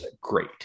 great